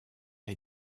est